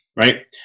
right